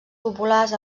populars